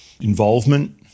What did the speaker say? involvement